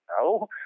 no